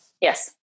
Yes